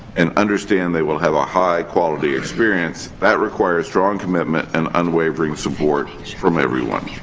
and understand they will have a high quality experience, that requires strong commitment and unwavering support from everyone.